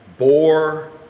bore